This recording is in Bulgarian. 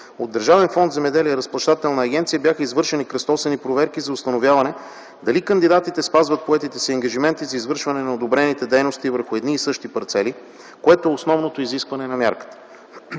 от Държавен фонд „Земеделие” и Разплащателна агенция бяха извършени кръстосани проверки за установяване дали кандидатите спазват поетите си ангажименти за извършване на одобрените дейности върху едни и същи парцели, което е основното изискване на мярката.